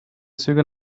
züge